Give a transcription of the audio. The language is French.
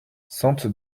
sente